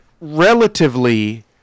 Relatively